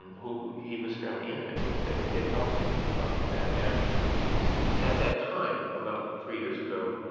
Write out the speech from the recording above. who he was fairly intimate with, that it did help him in that. and at that time, about three years ago,